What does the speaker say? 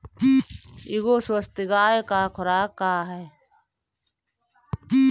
एगो स्वस्थ गाय क खुराक का ह?